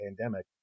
pandemic